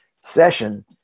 session